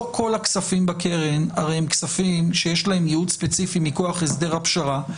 לא כל הכספים בקרן הרי הם כספים שיש להם ייעוד ספציפי מכוח הסדר הפשרה,